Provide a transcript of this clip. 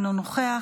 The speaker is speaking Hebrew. אינו נוכח,